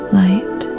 light